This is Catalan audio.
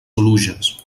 oluges